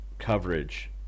coverage